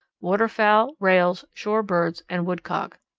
water fowl, rails, shore birds, and woodcock.